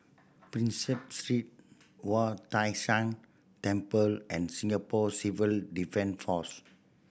Prinsep Street Wu Tai Shan Temple and Singapore Civil Defence Force